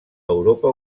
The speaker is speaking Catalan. europa